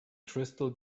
crystal